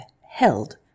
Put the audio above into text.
held